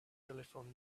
telephone